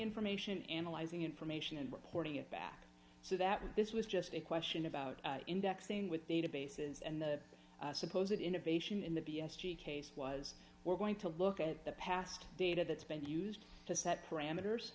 information analyzing information and reporting it back so that this was just a question about indexing with databases and the suppose that innovation in the b s t case was we're going to look at the past data that's been used to set parameters